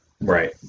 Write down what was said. Right